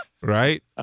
right